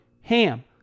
HAM